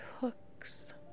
hooks